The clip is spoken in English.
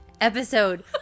episode